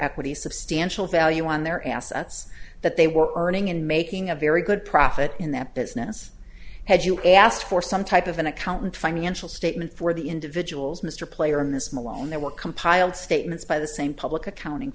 equity substantial value on their assets that they were earning and making a very good profit in that business had you asked for some type of an accountant financial statement for the individuals mr player in this malone there were compiled statements by the same public accounting